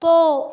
போ